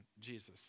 Jesus